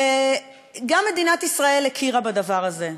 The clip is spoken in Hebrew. וגם מדינת ישראל הכירה בדבר הזה.